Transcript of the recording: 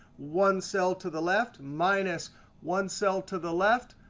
one cell to the left minus one cell to the left,